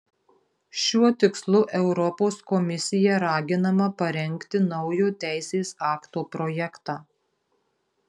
šiuo tikslu europos komisija raginama parengti naujo teisės akto projektą